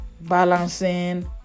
balancing